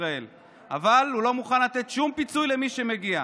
ישראל אבל לא מוכן לתת שום פיצוי למי שמגיע,